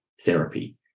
therapy